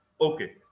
Okay